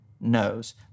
knows